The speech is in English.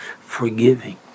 forgiving